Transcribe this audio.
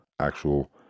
actual